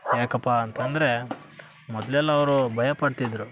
ಯಾಕಪ್ಪ ಅಂತಂದರೆ ಮೊದಲೆಲ್ಲಾ ಅವರು ಭಯ ಪಡ್ತಿದ್ರು